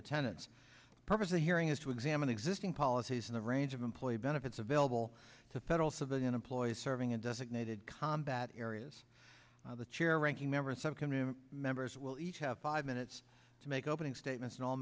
attendance purpose of hearing is to examine existing policies in the range of employee benefits available to federal civilian employees serving a designated combat areas the chair ranking member subcommittee members will each have five minutes to make opening statements and all